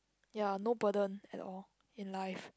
ya no burden at all in life